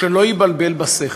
"שלא יבלבל בשכל".